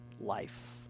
life